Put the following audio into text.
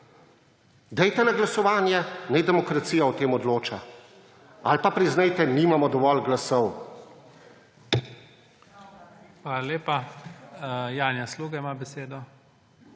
Dajte na glasovanje, naj demokracija o tem odloča, ali pa priznajte nimamo dovolj glasov.